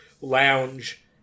lounge